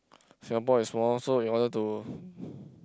Singapore is small so in order to